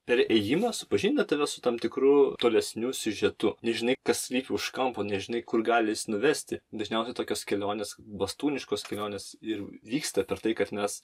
per ėjimą supažindina tave su tam tikru tolesniu siužetu nežinai kas slypi už kampo nežinai kur gali jis nuvesti dažniausia tokios kelionės bastūniškos kelionės ir vyksta per tai kad mes